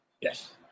Yes